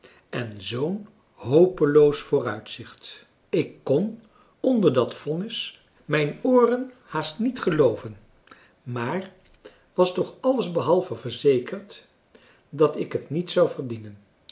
en zoo'n hopeloos vooruitzicht ik kon onder dat vonnis mijn ooren haast niet gelooven maar was toch alles behalve verzekerd dat ik het niet zou verdienen